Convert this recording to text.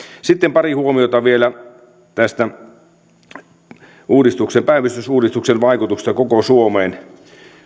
sitten pari huomiota vielä tämän päivystysuudistuksen vaikutuksista koko suomeen